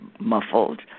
muffled